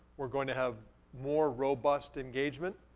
we're going to have more robust engagement.